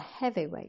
heavyweight